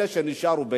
אלה שנשארו בים,